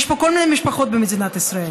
יש פה כל מיני משפחות במדינת ישראל.